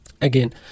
Again